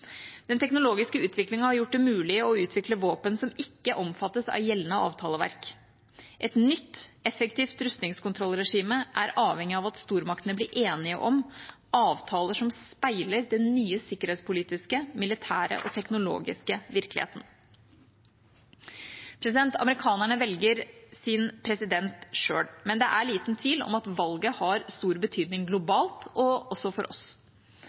Den teknologiske utviklingen har gjort det mulig å utvikle våpen som ikke omfattes av gjeldende avtaleverk. Et nytt, effektivt rustningskontrollregime er avhengig av at stormaktene blir enige om avtaler som speiler den nye sikkerhetspolitiske, militære og teknologiske virkeligheten. Amerikanerne velger sin president selv, men det er liten tvil om at valget har stor betydning globalt, og også for oss.